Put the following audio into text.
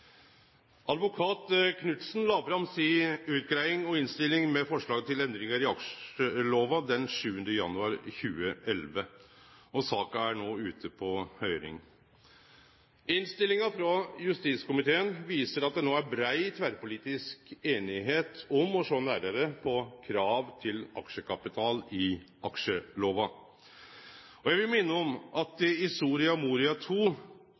Advokat Knudsen la fram si utgreiing og innstilling med forslag til endringar i aksjelova den 7. januar 2011, og saka er no ute på høyring. Innstillinga frå justiskomiteen viser at det no er brei tverrpolitisk einigheit om å sjå nærare på krav til aksjekapital i aksjelova. Eg vil minne om at det i Soria Moria II også er